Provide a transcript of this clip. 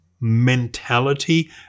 mentality